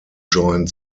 joined